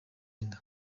inda